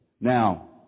Now